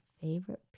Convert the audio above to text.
favorite